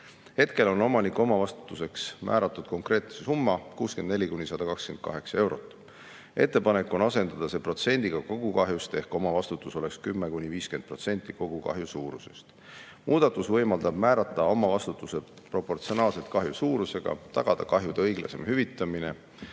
Hetkel on omaniku omavastutuseks määratud konkreetne summa, 64–128 eurot. Ettepanek on asendada see protsendiga kogu kahjust ehk omavastutus oleks 10–50% kogu kahju suurusest. Muudatus võimaldab määrata omavastutuse proportsionaalselt kahju suurusega, tagada kahjude õiglasem hüvitamine,